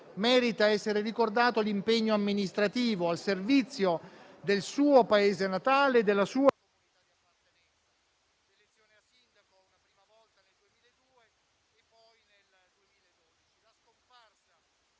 merita essere ricordato l'impegno amministrativo al servizio del suo paese natale e della sua comunità. La scomparsa